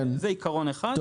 זה עיקרון אחד.